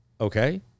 okay